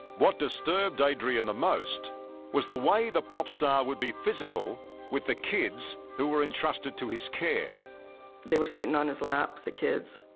what disturbed adrienne the most was the way the popstar would be physical with the kids who were entrusted to his care they were sitting on his laps the kids.